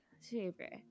favorite